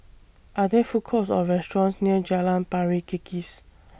Are There Food Courts Or restaurants near Jalan Pari Kikis